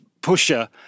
pusher